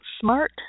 SMART